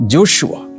Joshua